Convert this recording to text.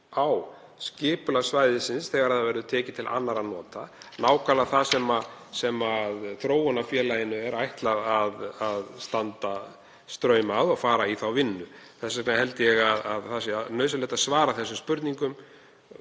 á skipulag svæðisins þegar það verður tekið til annarra nota, nákvæmlega það sem þróunarfélaginu er ætlað að standa straum af og fara í þá vinnu. Þess vegna held ég að það sé nauðsynlegt að svara því hvort